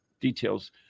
details